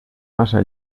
massa